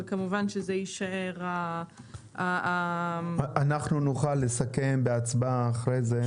כמובן שזה יישאר --- נוכל לסכם בהצבעה אחרי זה.